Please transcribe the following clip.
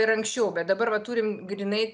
ir anksčiau bet dabar va turim grynai